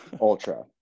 ultra